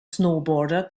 snowboarder